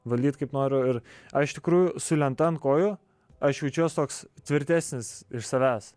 valdyt kaip noriu ir a iš tikrųjų su lenta ant kojų aš jaučiuos toks tvirtesnis iš savęs